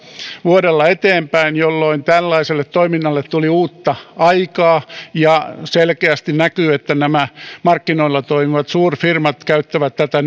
vuodella eteenpäin jolloin tällaiselle toiminnalle tuli uutta aikaa ja selkeästi näkyy että nämä markkinoilla toimivat suurfirmat käyttävät tätä